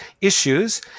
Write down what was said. issues